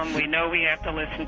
um we know we have to listen